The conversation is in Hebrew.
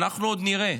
אנחנו עוד נראה,